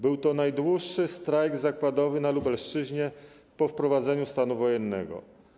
Był to najdłuższy strajk zakładowy na Lubelszczyźnie po wprowadzeniu stanu wojennego.